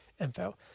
info